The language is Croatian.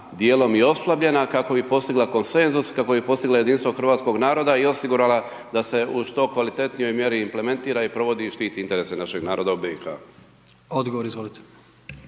dijelom i oslabljena kako bi postigla konsenzus, kako bi postigla jedinstvo hrvatskog naroda i osigurala da se u što kvalitetnijoj mjeri implementira i provodi, i štiti interesa našeg naroda u BiH. **Jandroković,